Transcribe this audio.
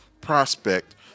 prospect